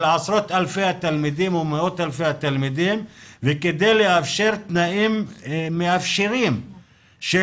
עשרות אלפי התלמידים ומאות אלפי התלמידים וכדי לאפשר תנאים מאפשרים של